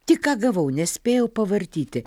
tik ką gavau nespėjau pavartyti